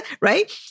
right